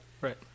Right